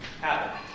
happen